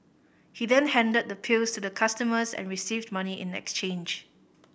he then handed the pills the customers and received money in exchange